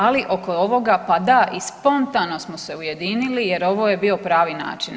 Ali oko ovoga pa da i spontano smo se ujedinili jer ovo je bio pravi način.